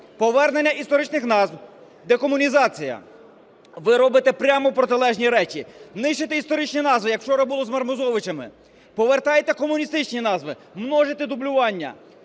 повернення історичних назв, декомунізація. Ви робите прямо протилежні речі: нищите історичні назви, як вчора було з Мармузовичами, повертаєте комуністичні назви, множите дублювання.